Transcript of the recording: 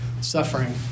suffering